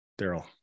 Daryl